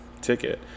ticket